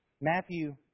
Matthew